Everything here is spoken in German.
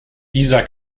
dieser